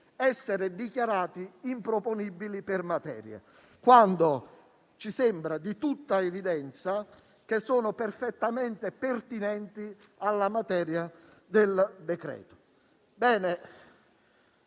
voto, dichiarati improponibili per materia, quando ci sembra di tutta evidenza che sono perfettamente pertinenti alla materia del decreto.